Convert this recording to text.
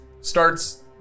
starts